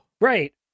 right